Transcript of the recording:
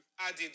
added